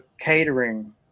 catering